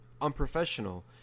unprofessional